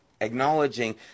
acknowledging